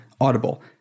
Audible